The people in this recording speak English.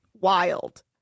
wild